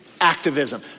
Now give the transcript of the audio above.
activism